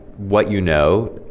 what you know,